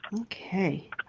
Okay